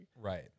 Right